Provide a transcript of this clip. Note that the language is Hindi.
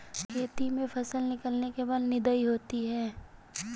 खेती में फसल निकलने के बाद निदाई होती हैं?